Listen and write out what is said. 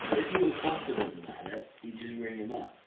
if you were confident about it. you'd just ring him